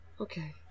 Okay